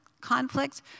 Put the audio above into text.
conflict